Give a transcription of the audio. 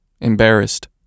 Embarrassed